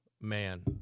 man